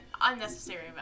unnecessary